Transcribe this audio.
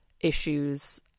issues